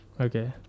Okay